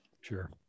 Sure